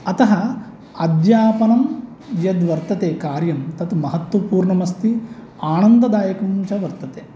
अतः अध्यापनं यद्वर्तते कार्यं तत् महत्वपूर्णम् अस्ति आनन्ददायकं च वर्तते